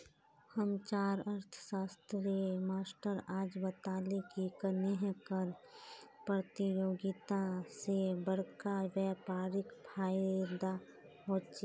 हम्चार अर्थ्शाश्त्रेर मास्टर आज बताले की कन्नेह कर परतियोगिता से बड़का व्यापारीक फायेदा होचे